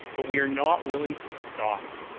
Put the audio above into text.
but we are not willing to stop.